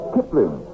Kipling